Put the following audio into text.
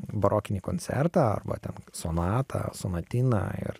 barokinį koncertą arba ten sonatą sonatiną ir